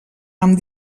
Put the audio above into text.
amb